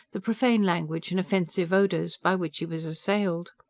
the profane language and offensive odours, by which he was assailed.